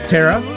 Tara